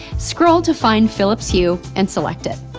scroll to find philips hue and select it.